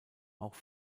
auch